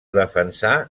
defensà